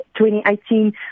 2018